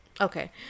Okay